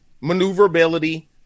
maneuverability